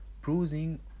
bruising